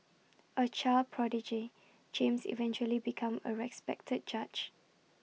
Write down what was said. A child prodigy James eventually become A respected judge